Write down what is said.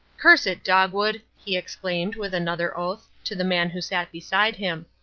curse it, dogwood, he exclaimed, with another oath, to the man who sat beside him.